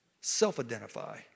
Self-identify